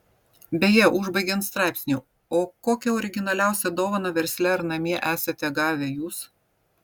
beje užbaigiant straipsnį o kokią originaliausią dovaną versle ar namie esate gavę jūs